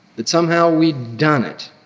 that somehow we'd done it.